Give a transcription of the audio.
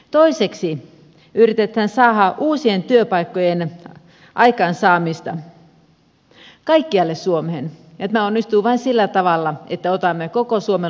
toiseksi yritetään aikaansaada uusia työpaikkoja kaikkialle suomeen ja tämä onnistuu vain sillä tavalla että otamme koko suomen luonnonvarat käyttöön